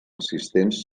assistents